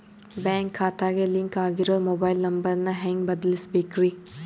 Bank ಖಾತೆಗೆ link ಆಗಿರೋ mobile number ನ ಹೆಂಗ್ ಬದಲಿಸಬೇಕ್ರಿ?